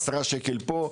עשרה שקל פה,